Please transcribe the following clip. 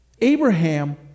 Abraham